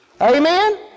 Amen